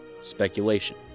speculation